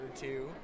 two